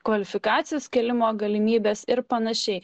kvalifikacijos kėlimo galimybes ir panašiai